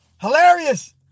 hilarious